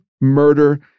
murder